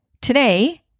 Today